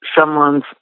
someone's